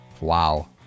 wow